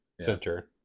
center